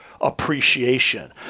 appreciation